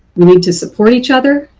we need to support each other,